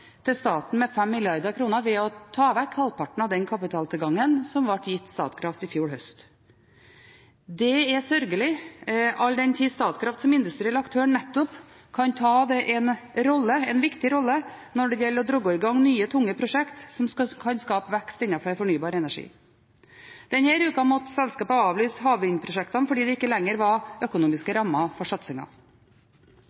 i fjor høst. Det er sørgelig, all den tid Statkraft som industriell aktør nettopp kan ta en viktig rolle når det gjelder å dra i gang nye, tunge prosjekter som kan skape vekst innenfor fornybar energi. Denne uka måtte selskapet avlyse havvindprosjektene fordi det ikke lenger var økonomiske rammer for